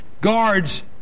guards